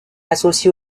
associée